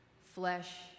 flesh